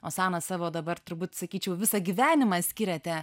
o sana savo dabar turbūt sakyčiau visą gyvenimą skiriate